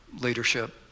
leadership